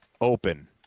open